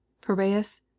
Piraeus